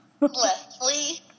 Leslie